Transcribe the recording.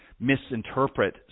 misinterpret